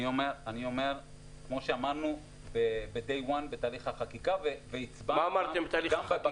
כמו שאמרנו ב-day one בתהליך החקיקה -- מה אמרתם בתהליך החקיקה?